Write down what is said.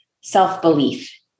self-belief